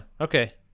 okay